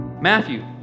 Matthew